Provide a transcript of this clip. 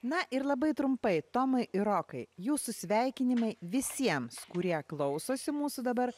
na ir labai trumpai tomai ir rokai jūsų sveikinimai visiems kurie klausosi mūsų dabar